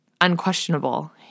unquestionable